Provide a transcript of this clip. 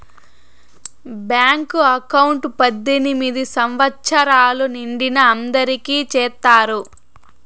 bank account పద్దెనిమిది సంవచ్చరాలు నిండిన అందరికి చేత్తారు